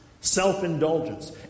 self-indulgence